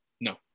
No